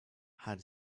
had